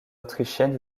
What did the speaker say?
autrichienne